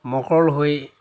মকৰল হৈ